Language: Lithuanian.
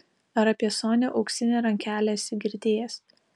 ar apie sonią auksinę rankelę esi girdėjęs